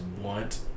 want